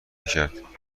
کرد